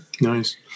Nice